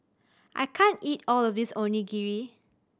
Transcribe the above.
I can't eat all of this Onigiri